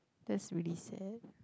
that's really sad